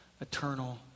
eternal